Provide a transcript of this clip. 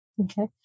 Okay